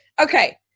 Okay